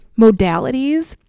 modalities